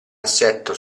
assetto